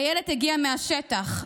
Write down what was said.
איילת הגיעה מהשטח,